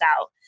out